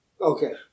Okay